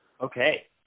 Okay